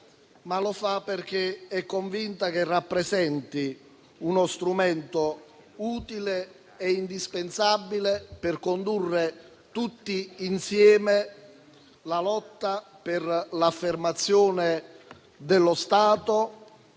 E lo farà perché convinto che rappresenti uno strumento utile e indispensabile per condurre tutti insieme la lotta per l'affermazione dello Stato,